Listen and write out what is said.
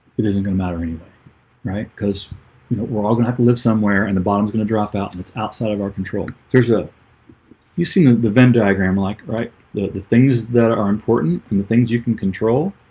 it isn't gonna matter anyway right because we're all gonna have to live somewhere and the bottoms gonna drop out and it's outside of our control. there's a you seen the venn diagram like right the the things that are important from the things you can control